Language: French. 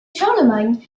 charlemagne